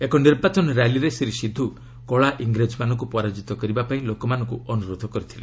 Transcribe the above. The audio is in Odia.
ଏକ ନିର୍ବାଚନ ର୍ୟାଲିରେ ଶ୍ରୀ ସିଦ୍ଧ 'କଳା ଇଂରେଜ'ମାନଙ୍କୁ ପରାଜିତ କରିବା ପାଇଁ ଲୋକମାନଙ୍କୁ ଅନୁରୋଧ କରିଥିଲେ